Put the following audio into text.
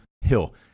Hill